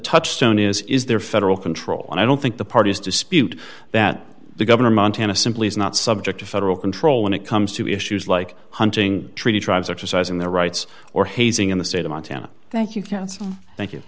touchstone is is there federal control and i don't think the parties dispute that the governor montana simply is not subject to federal control when it comes to issues like hunting treaty tribes exercising their rights or hazing in the state of montana thank you counsel thank you